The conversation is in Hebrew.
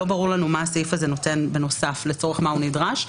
לא ברור לנו מה הסעיף הזה נותן כתוספת ולצורך מה הוא נדרש.